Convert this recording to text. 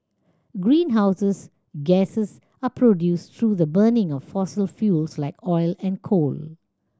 greenhouses gases are produced through the burning of fossil fuels like oil and coal